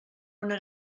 una